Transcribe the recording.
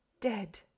Dead